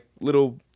little